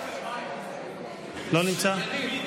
לא נמצא.